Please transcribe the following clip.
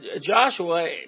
Joshua